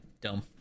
dumb